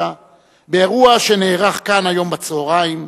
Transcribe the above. באירוע שנערך כאן היום בצהריים,